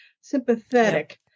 sympathetic